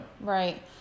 Right